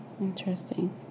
interesting